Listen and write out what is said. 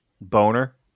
boner